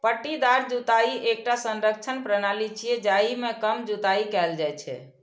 पट्टीदार जुताइ एकटा संरक्षण प्रणाली छियै, जाहि मे कम जुताइ कैल जाइ छै